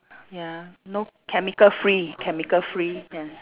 ya no chemical free chemical free ya